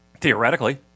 Theoretically